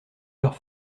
leurs